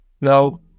No